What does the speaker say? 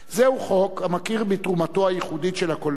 זהו חוק המכיר בתרומתו הייחודית של הקולנוע